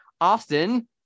Austin